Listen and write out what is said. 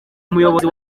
umukozi